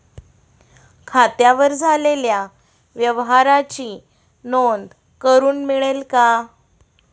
खात्यावर झालेल्या व्यवहाराची नोंद करून मिळेल का?